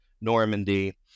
Normandy